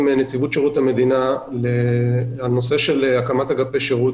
נציבות שירות המדינה על הנושא של הקמת אגפי שירות